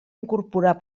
incorporar